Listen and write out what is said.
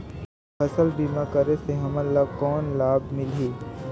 फसल बीमा करे से हमन ला कौन लाभ मिलही?